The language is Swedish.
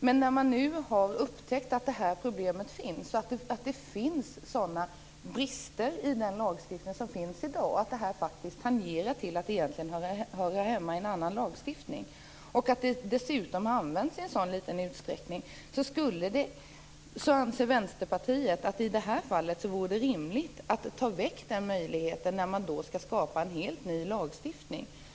Men när man nu har upptäckt att det finns sådana brister i den lagstiftning som vi har i dag att detta tenderar att höra hemma i en annan lagstiftning och att nuvarande lagstiftning dessutom används i mycket liten utsträckning, anser Vänsterpartiet att det vore rimligt att ta bort den här möjligheten i avvaktan på att en helt ny lagstiftning skall skapas.